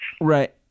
Right